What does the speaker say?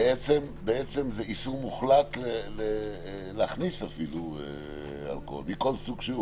זה בעצם איסור מוחלט להכניס אפילו אלכוהול מכל סוג?